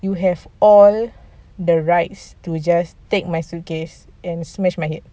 you have all the rights to just take my suitcase and smashed my head